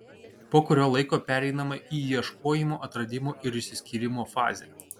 po kurio laiko pereinama į ieškojimo atradimo ir išsiskyrimo fazę